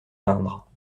peindre